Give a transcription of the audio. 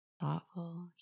thoughtful